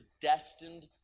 destined